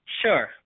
Sure